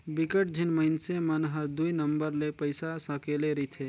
बिकट झिन मइनसे मन हर दुई नंबर ले पइसा सकेले रिथे